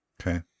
Okay